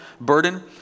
burden